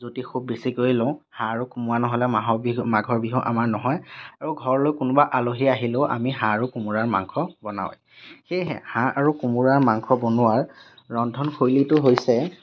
জুতি খুব খুব বেছিকৈ লওঁ হাঁহ আৰু কোমোৰা নহ'লে মাহৰ বিহু মাঘৰ বিহু আমাৰ নহয় আৰু ঘৰলৈ কোনোবা আলহী আহিলেও আমি হাঁহ আৰু কোমোৰাৰ মাংস বনাওঁৱেই সেয়েহে হাঁহ আৰু কোমোৰাৰ মাংস বনোৱাৰ ৰন্ধনশৈলীটো হৈছে